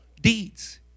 deeds